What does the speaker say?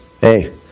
Hey